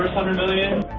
hundred million.